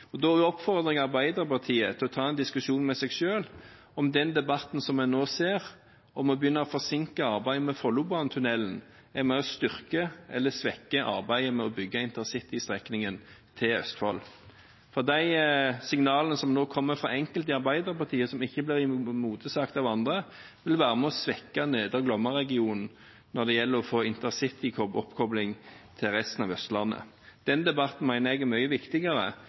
Arbeiderpartiet til å ta en diskusjon med seg selv om den debatten vi nå ser, om det å begynne å forsinke arbeidet med Follobanetunnelen er med på å styrke eller svekke arbeidet med å bygge intercitystrekningen til Østfold. De signalene som nå kommer fra enkelte i Arbeiderpartiet, og som ikke blir motsagt av andre, vil være med på å svekke Nedre Glomma-regionen når det gjelder å få intercityoppkobling til resten av Østlandet. Den debatten mener jeg er mye viktigere